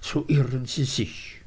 so irren sie sich